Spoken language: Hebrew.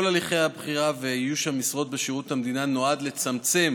כל הליכי הבחירה ואיוש המשרה בשירות המדינה נועדו לצמצם